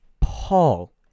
Paul